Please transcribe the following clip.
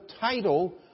title